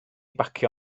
bacio